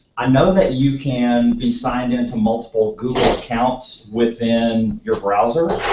i know that you can be signed into multiple google accounts within your browser,